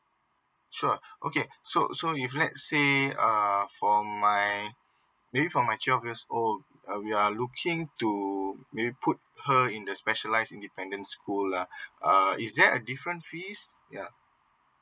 sure okay so so if let's say uh from my maybe from my twelve years old uh we are looking to maybe put her in the specialised independent school lah uh is there a different fees ya